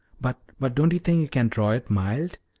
but but don't you think you can draw it mild?